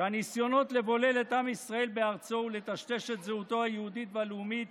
שהניסיונות לבולל את עם ישראל בארצו ולטשטש את זהותו היהודית והלאומית